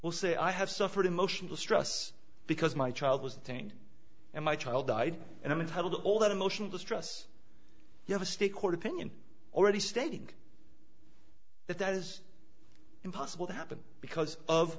will say i have suffered emotional stress because my child was detained and my child died and i'm entitled to all that emotional distress you have a state court opinion already stating that that is impossible to happen because of